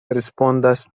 respondas